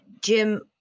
Jim